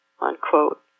Unquote